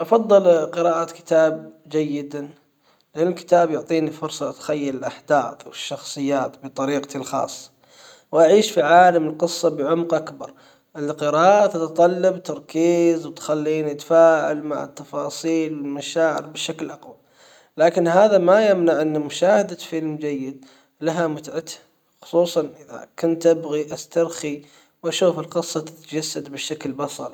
أفضل قراءة كتاب جيد لان الكتاب يعطيني فرصة اتخيل الاحداث والشخصيات بطريقتي الخاصة واعيش في عالم القصة بعمق اكبر القراءة تتطلب تركيز وتخليني اتفاعل مع التفاصيل المشاعر بشكل اقوى لكن هذا ما يمنع ان مشاهدة فيلم جيد لها متعتها خصوصا اذا كنت ابغي استرخي واشوف القصة تتجسد بشكل بصري.